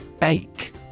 Bake